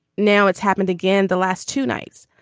now it's happened again the last two nights.